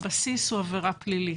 הבסיס הוא עבירה פלילית.